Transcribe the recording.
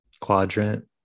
quadrant